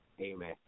Amen